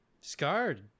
scarred